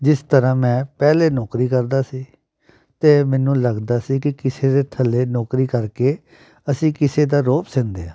ਜਿਸ ਤਰ੍ਹਾਂ ਮੈਂ ਪਹਿਲੇ ਨੌਕਰੀ ਕਰਦਾ ਸੀ ਅਤੇ ਮੈਨੂੰ ਲੱਗਦਾ ਸੀ ਕਿ ਕਿਸੇ ਦੇ ਥੱਲੇ ਨੌਕਰੀ ਕਰਕੇ ਅਸੀਂ ਕਿਸੇ ਦਾ ਰੋਹਬ ਸਹਿੰਦੇ ਹਾਂ